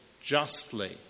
justly